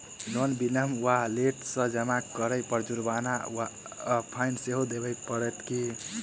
Loan विलंब वा late सँ जमा करै पर जुर्माना वा फाइन सेहो देबै पड़त की?